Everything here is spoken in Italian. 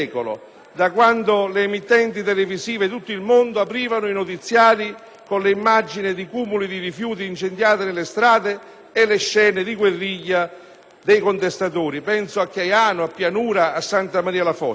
da quando le emittenti televisive di tutto il mondo aprivano i notiziari con l'immagine dei cumuli di rifiuti incendiati per le strade e le scene di guerriglia dei contestatori (penso a Chiaiano, a Pianura e a Santa Maria La Fossa).